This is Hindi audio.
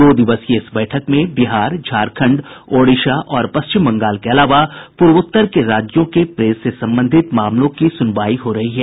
दो दिवसीय इस बैठक में बिहार झारखंड ओडिशा और पश्चिम बंगाल के अलावा पूर्वोत्तर के राज्यों के प्रेस से संबंधित मामलों की सुनवाई हो रही है